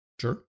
Sure